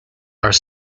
are